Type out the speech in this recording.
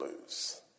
lose